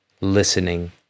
listening